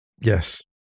Yes